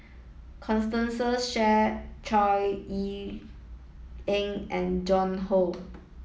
Constance Shear Chor Yeok Eng and Joan Hon